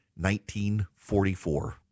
1944